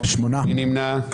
מי נמנע?